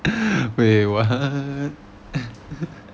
wait what